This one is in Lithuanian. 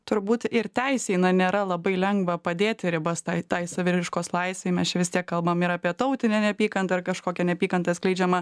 turbūt ir teisei nėra labai lengva padėti ribas tai saviraiškos laisvei mes vis tiek kalbame ir apie tautinę neapykantą ir kažkokią neapykantą skleidžiamą